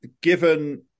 Given